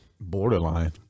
borderline